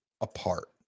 apart